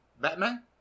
batman